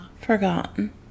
forgotten